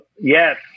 yes